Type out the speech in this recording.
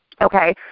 Okay